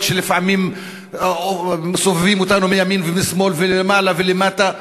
שלפעמים סובבים אותנו מימין ומשמאל ולמעלה ולמטה.